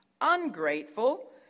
ungrateful